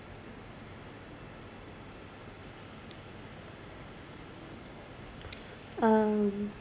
um